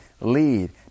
lead